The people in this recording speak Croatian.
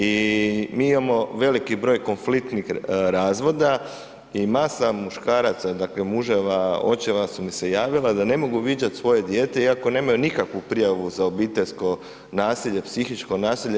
I mi imamo veliki broj konfliktnih razvoda i masa muškaraca, dakle muževa, očeva su se javila da ne mogu viđati svoje dijete iako nemaju nikakvu prijavu za obiteljsko nasilje, psihičko nasilje.